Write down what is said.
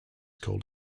called